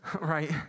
right